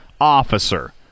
officer